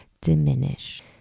diminish